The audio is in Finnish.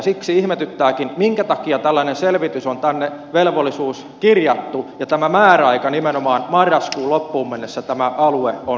siksi ihmetyttääkin minkä takia tällainen selvitysvelvollisuus on tänne kirjattu ja tämä määräaika että nimenomaan marraskuun loppuun mennessä tämä alue on kerrottava valtioneuvostolle